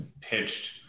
pitched